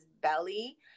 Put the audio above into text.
belly